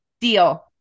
deal